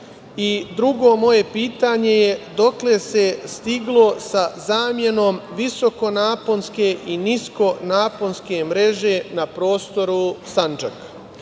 pitanje - dokle se stiglo sa zamenom visokonaponske i niskonaponske mreže na prostoru Sandžaka? Ovo